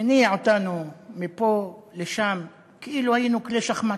מניע אותנו מפה לשם, כאילו היינו כלי שחמט.